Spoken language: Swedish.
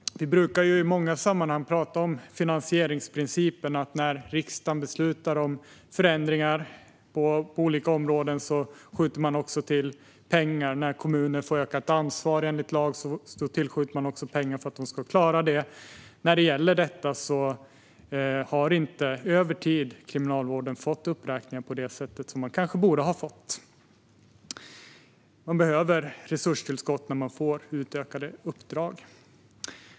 Vi brukar i många sammanhang tala om finansieringsprincipen. När riksdagen beslutar om förändringar på olika områden skjuter den också till pengar. När man ger kommuner ökat ansvar enligt lag skjuter man också till pengar för att de ska klara det. När det gäller detta har Kriminalvården inte fått uppräkningar över tid på det sätt som den kanske borde ha fått. Man behöver resurstillskott när man får utökade uppdrag.